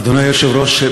אדוני היושב-ראש,